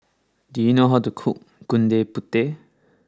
do you know how to cook Gudeg Putih